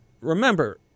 Remember